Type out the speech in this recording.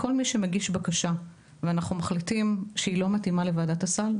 כל מי שמגיש בקשה ואנחנו מחליטים שהיא לא מתאימה לוועדת הסל,